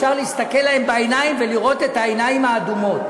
אפשר להסתכל להן בעיניים ולראות את העיניים האדומות.